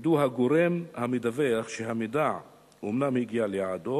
וידוא הגורם המדווח שהמידע אומנם הגיע ליעדו.